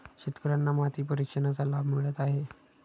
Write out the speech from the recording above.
शेतकर्यांना माती परीक्षणाचा लाभ मिळत आहे